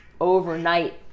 overnight